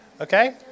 okay